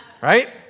Right